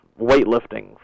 weightlifting